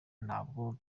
ntabwo